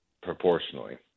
proportionally